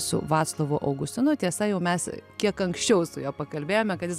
su vaclovu augustinu tiesa jau mes kiek anksčiau su juo pakalbėjome kad jis